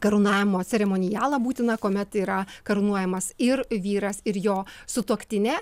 karūnavimo ceremonialą būtiną kuomet yra karūnuojamas ir vyras ir jo sutuoktinė